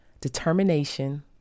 determination